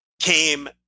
came